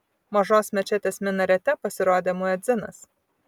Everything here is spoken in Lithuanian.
mažos mečetės minarete pasirodė muedzinas